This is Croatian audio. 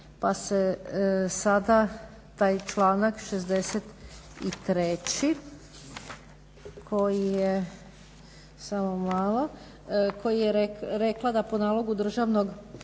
Pa se sada taj članka 63. koji je rekla da po nalogu državnog